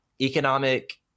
economic